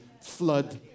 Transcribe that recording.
flood